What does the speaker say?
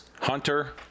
Hunter